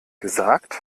gesagt